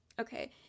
okay